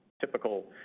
typical